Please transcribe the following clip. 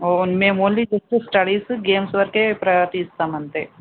మేము only just studies games వరకే priority ఇస్తాం అంతే